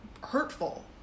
hurtful